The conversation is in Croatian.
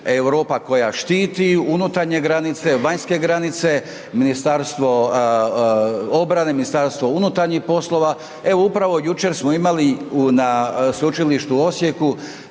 Europa koja štiti unutarnje granice, vanjske granice, Ministarstvo obrane, MUP, evo upravo jučer smo imali na Sveučilištu u Osijeku